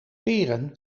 peren